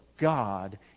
God